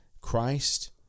Christ